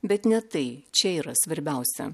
bet ne tai čia yra svarbiausia